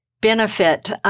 benefit